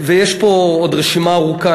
ויש פה עוד רשימה ארוכה.